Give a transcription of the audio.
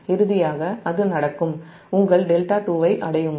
இறுதியாக அது நடக்கும் உங்கள் δ2 ஐ அடையுங்கள்